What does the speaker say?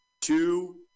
two